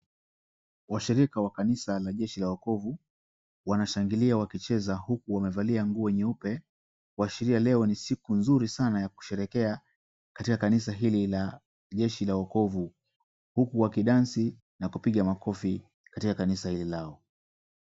Washirika la kanisa la jeshi la wokovu, wanashangalia wakicheza huku wamevalia nguo nyeupe kuashiria leo ni siku nzuri sana ya kusheherekea katika kanisa hili la jeshi la wokovu huku wakicheza na kupiga makofi katika kanisa lao.